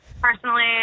personally